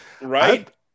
Right